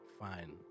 Fine